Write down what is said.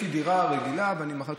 יש לי דירה רגילה ואני מכרתי,